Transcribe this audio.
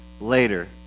later